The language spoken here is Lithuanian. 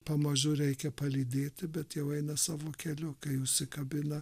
pamažu reikia palydėti bet jau eina savo keliu kai užsikabina